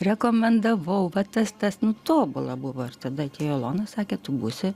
rekomendavau va tas tas tobula buvo ir tada atėjo ilona sakė tu būsi